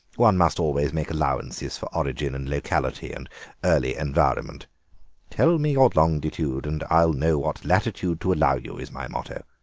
one must always make allowances for origin and locality and early environment tell me your longitude and i'll know what latitude to allow you is my motto.